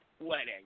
wedding